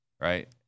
right